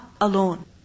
alone